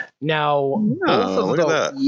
Now